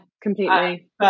Completely